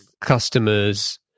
customers